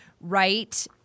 right